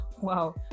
wow